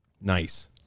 nice